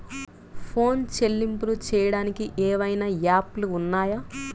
Phone చెల్లింపులు చెయ్యటానికి ఏవైనా యాప్లు ఉన్నాయా?